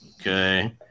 okay